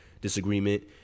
disagreement